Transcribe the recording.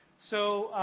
so,